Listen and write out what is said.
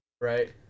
Right